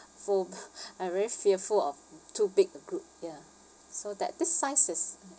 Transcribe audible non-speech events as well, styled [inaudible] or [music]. phob~ [laughs] I'm very fearful of too big a group ya so that this size is